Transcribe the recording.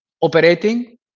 operating